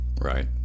right